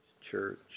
Church